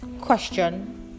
question